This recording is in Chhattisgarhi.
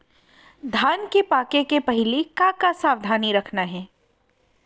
धान के पके के पहिली का का सावधानी रखना हे?